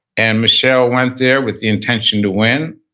and michelle went their with the intention to win